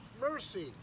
mercy